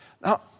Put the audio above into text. now